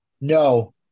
No